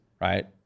right